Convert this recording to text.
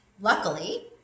Luckily